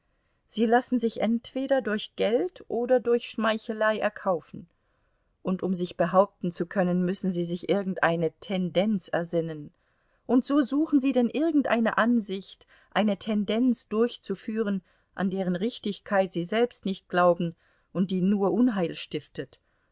sie lassen sich entweder durch geld oder durch schmeichelei erkaufen und um sich behaupten zu können müssen sie sich irgendeine tendenz ersinnen und so suchen sie denn irgendeine ansicht eine tendenz durchzuführen an deren richtigkeit sie selbst nicht glauben und die nur unheil stiftet